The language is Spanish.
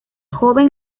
joven